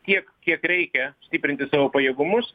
tiek kiek reikia stiprinti savo pajėgumus